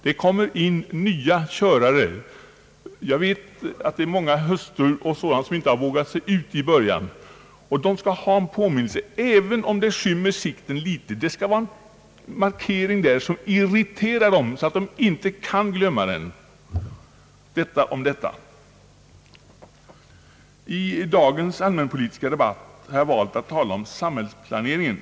Det tillkommer undan för undan många nya högerförare, Jag vet att det är många hustrur t.ex. som inte vågat sig ut i högertrafiken från början. Dessa bilister skall ha en väckande påminnelse, även om den skymmer sikten litet. Det skall vara en markering som irriterar dem så att de inte kan glömma den. Detta om detta. I dagens allmänpolitiska debatt har jag valt att tala om samhällsplaneringen.